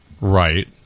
right